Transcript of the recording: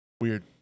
weird